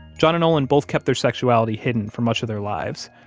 john and olin both kept their sexuality hidden for much of their lives.